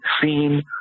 seen